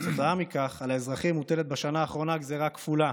כתוצאה מכך על האזרחים מוטלת בשנה האחרונה גזרה כפולה: